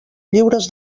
lliures